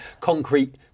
Concrete